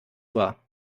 war